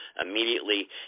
immediately